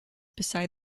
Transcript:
beside